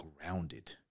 grounded